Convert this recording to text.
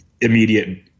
immediate